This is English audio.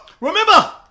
Remember